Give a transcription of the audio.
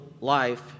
life